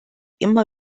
immer